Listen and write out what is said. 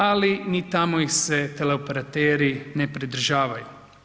Ali, ni tamo ih se teleoperateri ne pridržavaju.